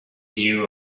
knew